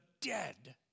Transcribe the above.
dead